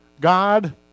God